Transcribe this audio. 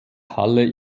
halle